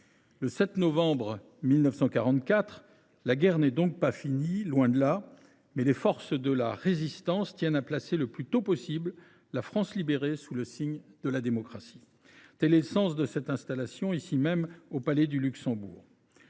Le 7 novembre 1944, la guerre n’est donc pas finie, loin de là, mais les forces de la Résistance tiennent à placer le plus tôt possible la France libérée sous le signe de la démocratie. Tel est le sens de l’installation de cette instance ici même, au Palais du Luxembourg.